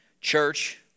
church